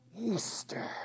Easter